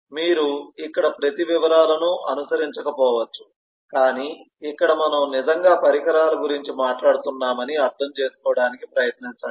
మీరు ఇక్కడ ప్రతి వివరాలను అనుసరించకపోవచ్చు కాని ఇక్కడ మనం నిజంగా పరికరాల గురించి మాట్లాడుతున్నామని అర్థం చేసుకోవడానికి ప్రయత్నించండి